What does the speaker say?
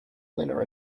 winner